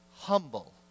humble